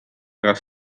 raz